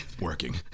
Working